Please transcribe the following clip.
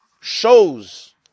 Shows